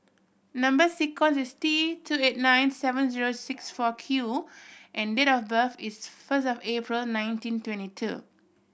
number sequence is T two eight nine seven zero six four Q and date of birth is first of April nineteen twenty two